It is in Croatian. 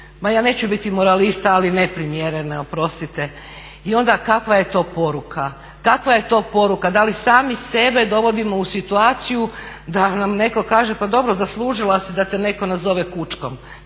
ma ja neću biti moralista, ali neprimjerene oprostite. I onda kakva je to poruka, kakva je to poruka? Da li sami sebe dovodimo u situaciju da nam neko kaže pa dobro zaslužila si da te neko nazove kučkom.